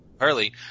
early